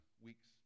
week's